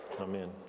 Amen